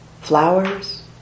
flowers